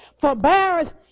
forbearance